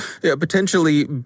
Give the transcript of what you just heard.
potentially